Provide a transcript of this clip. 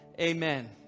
Amen